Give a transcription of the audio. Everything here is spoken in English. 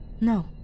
No